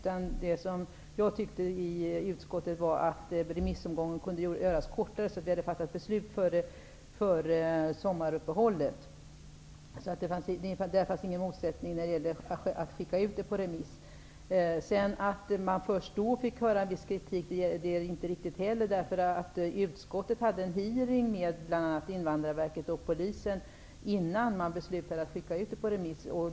Jag framförde i utskottet att remissomgången kunde göras kortare, så att vi kunde fatta beslut före sommaruppehållet. Det fanns ingen motsättning när det gällde att skicka ut ärendet på remiss. Det är inte heller riktigt att viss kritik framfördes först i remissomgången. Utskottet hade en hearing med bl.a. Invandrarverket och Polisen innan man beslutade att skicka ut ärendet på remiss.